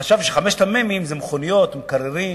שחשב שחמשת המ"מים זה מכוניות, מקררים,